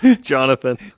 Jonathan